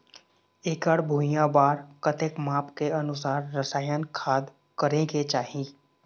एकड़ भुइयां बार कतेक माप के अनुसार रसायन खाद करें के चाही?